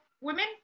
women